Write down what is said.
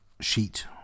sheet